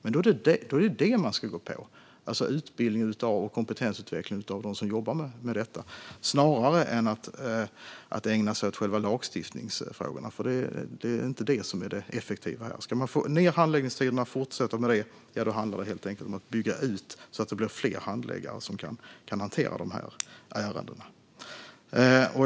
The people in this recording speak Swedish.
Men det är utbildning och kompetensutveckling av dem som jobbar med detta som man ska gå på snarare än att ägna sig åt själva lagstiftningsfrågorna. Det är inte det som är det effektiva här. Ska man fortsätta att få ned handläggningstiderna handlar det helt enkelt om att bygga ut så att det blir fler handläggare som kan hantera de här ärendena.